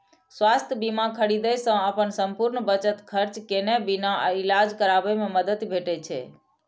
स्वास्थ्य बीमा खरीदै सं अपन संपूर्ण बचत खर्च केने बिना इलाज कराबै मे मदति भेटै छै